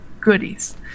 Goodies